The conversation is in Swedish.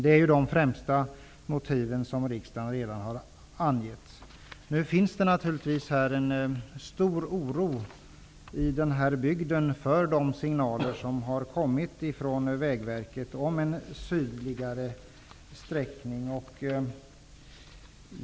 Det är de främsta motiven som riksdagen redan har angett. Nu finns det naturligtvis en stor oro i bygden inför de signaler som har kommit ifrån Vägverket om en sydligare sträckning.